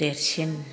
देरसिन